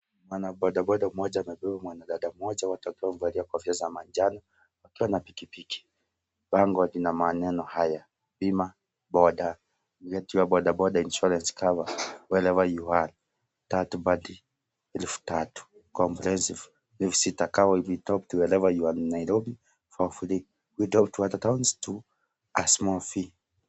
Mwanabodaboda mmoja anabeba mwanadada mmoja wote wakiwa wamevalia kofia za manjano wakiwa na pikipiki. Bango lina maneno haya: bima boda get your bodaboda insurance cover wherever you are, third party 3000, comprehensive 6000. Come talk to us wherever you are, in Nairobi for free, other towns at a small fee .